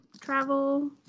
travel